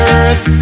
earth